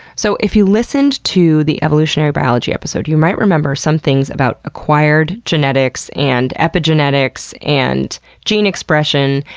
so, if you listened to the evolutionary biology episode, you might remember some things about acquired genetics and epigenetics and gene expression,